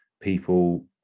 people